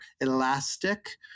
elastic